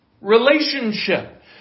relationship